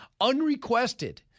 unrequested